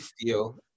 feel